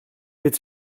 wird